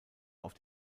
auf